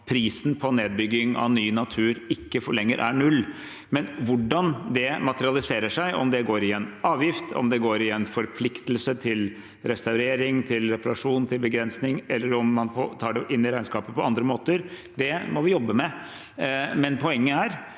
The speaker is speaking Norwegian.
prisen på nedbygging av ny natur ikke lenger er null. Hvordan det materialiserer seg, om det går i en avgift, om det går i en forpliktelse til restaurering, til reparasjon, til begrensning, eller om en tar det inn i regnskapet på andre måter, må vi jobbe med. Poenget er